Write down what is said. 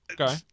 Okay